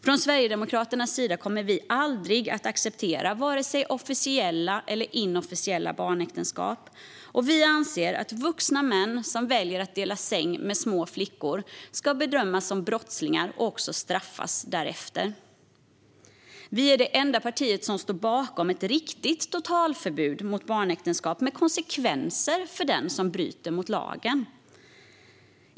Från Sverigedemokraternas sida kommer vi aldrig att acceptera vare sig officiella eller inofficiella barnäktenskap. Vi anser att vuxna män som väljer att dela säng med små flickor ska bedömas som brottslingar och också straffas därefter. Vi är det enda parti som står bakom ett riktigt totalförbud mot barnäktenskap med konsekvenser för den som bryter mot lagen.